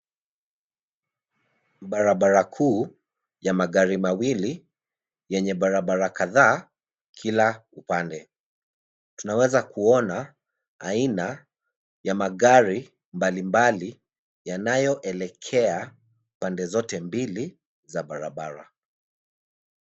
Barabara kuu ya magari mawili yenye barabara kadhaa kila upande. Tunaweza kuona aina ya magari mbalimbali yanayoelekea pande zote mbili za barabara.